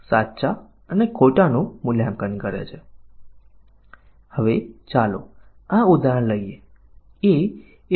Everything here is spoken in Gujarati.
અને ફોલ્ટ આધારિત પરીક્ષણ પાછળના વિચારમાં આપણે પ્રોગ્રામરો સામાન્ય રીતે કરેલા ખામીના પ્રકારને ઓળખીએ છીએ અને પછી તપાસો કે તે દોષો અસ્તિત્વમાં છે કે નહીં